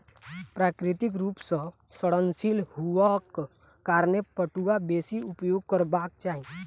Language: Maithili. प्राकृतिक रूप सॅ सड़नशील हुअक कारणें पटुआ बेसी उपयोग करबाक चाही